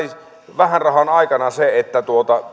vähän rahan aikana se että